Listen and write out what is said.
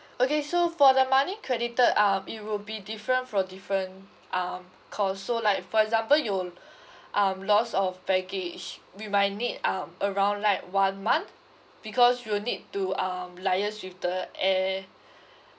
okay so for the monthly credited um it will be different for different um cause so like for example you'll um loss of baggage we might need um around like one month because we'll need to um liaise with the air